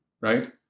right